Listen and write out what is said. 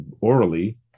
orally